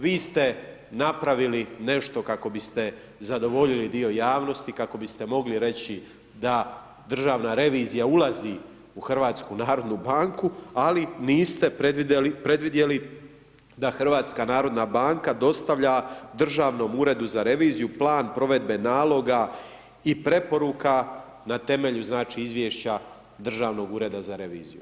Vi ste napravili nešto kako biste zadovoljili dio javnosti, kako biste mogli reći da Državna revizija ulazi u HNB ali niste predvidjeli da HNB dostavlja Državnom uredu za reviziju plan provedbe naloga i preporuka na temelju znači izvješća Državnog ureda za reviziju.